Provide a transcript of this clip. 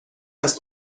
است